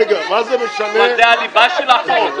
--- עבד אל חכים חאג' יחיא (הרשימה המשותפת): אבל זה הליבה של החוק.